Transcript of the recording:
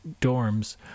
dorms